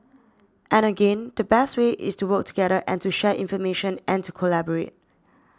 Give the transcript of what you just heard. and again the best way is to work together and to share information and to collaborate